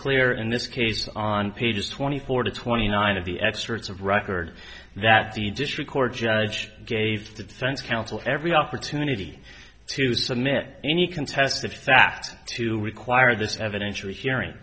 clear in this case on pages twenty four to twenty nine of the experts of record that the district court judge gave the defense counsel every opportunity to submit any contested facts to require this evidentiary hearing